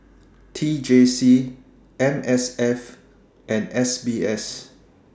T J C M S F and S B S